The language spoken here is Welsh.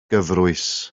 gyfrwys